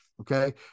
okay